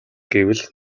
гэвэл